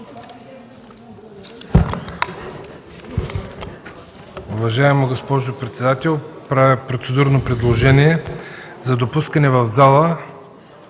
Уважаема госпожо председател, правя процедурно предложение за допускане в залата